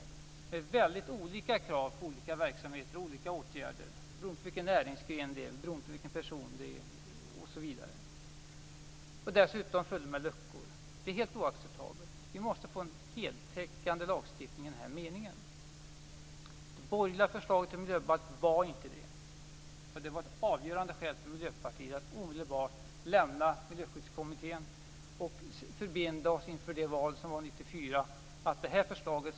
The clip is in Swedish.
Den innehåller väldigt olika krav på olika verksamheter och åtgärder beroende på vilken näringsgren det gäller, vilken person det gäller osv. Dessutom är den full med luckor. Det är helt oacceptabelt! Vi måste få en heltäckande lagstiftning i den här meningen. Det borgerliga förslaget till miljöbalk var inte det. Detta var ett avgörande skäl för Miljöpartiet att omedelbart lämna Miljöskyddskommittén och inför valet 1994 förbinda oss att stoppa det här förslaget.